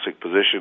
position